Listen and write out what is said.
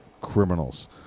criminals